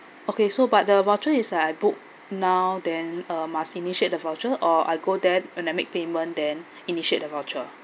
okay so but the voucher is like I book now then uh must initiate the voucher or I go there when I make payment then initiate the voucher